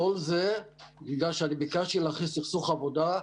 כל זה כי אני ביקשתי להכריז סכסוך עבודה,